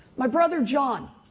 my brother john,